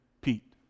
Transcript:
Pete